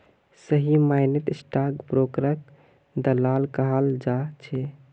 सही मायनेत स्टाक ब्रोकरक दलाल कहाल जा छे